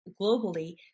globally